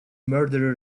murderer